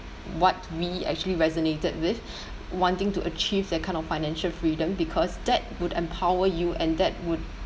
what do we actually resonated with wanting to achieve that kind of financial freedom because that would empower you and that would